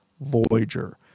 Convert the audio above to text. Voyager